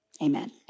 Amen